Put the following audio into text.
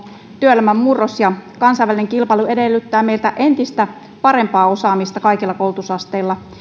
työelämän murros ja kansainvälinen kilpailu edellyttävät meiltä entistä parempaa osaamista kaikilla koulutusasteilla